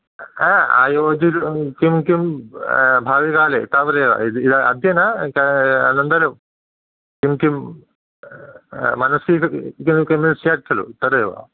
हा आयोजितं किं किं भाविकाले तावदेव इदि इदा अद्य ना का अनन्तरं किं किं मनसि किं किं स्यात् खलु तदेव